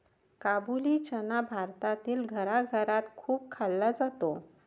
काबुली चना भारतातील घराघरात खूप खाल्ला जातो